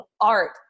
art